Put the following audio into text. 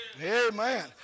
Amen